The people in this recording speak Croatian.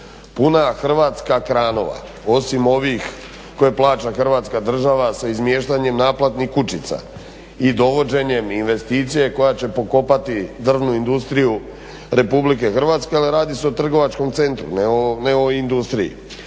Puna Hrvatska kranova osim ovih koji plaća Hrvatska država sa izmiještanjem naplatnih kućica i dovođenjem investicije koja će pokopati drvnu industriju RH, ali radi se trgovačkom centru ne o industriji.